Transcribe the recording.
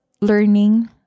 learning